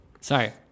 Sorry